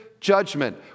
judgment